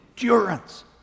endurance